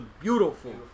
beautiful